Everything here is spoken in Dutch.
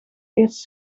eerst